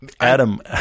Adam